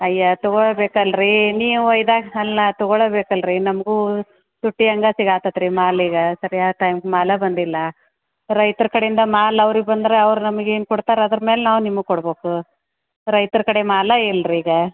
ಅಯ್ಯೋ ತೊಗೋಳ್ಳ ಬೇಕಲ್ಲ ರೀ ನೀವು ಇದೆ ಅಲ್ಲ ತಗೋಳ್ಳ ಬೇಕಲ್ಲ ರೀ ನಮಗೂ ತುಟ್ಟಿ ಅಂಗಾತಿಗೆ ಆತತೆ ರೀ ಮಾಲೀಗ ಸರ್ಯಾಗಿ ಟೈಮ್ ಮಾಲೇ ಬಂದಿಲ್ಲ ರೈತ್ರ ಕಡೆಯಿಂದ ಮಾಲು ಅವ್ರಿಗೆ ಬಂದ್ರೆ ಅವ್ರು ನಮ್ಗೇನು ಕೊಡ್ತಾರೆ ಅದ್ರ ಮೇಲೆ ನಾವು ನಿಮಗೆ ಕೊಡಬೇಕು ರೈತ್ರ ಕಡೆ ಮಾಲೇ ಇಲ್ಲ ರೀ ಈಗ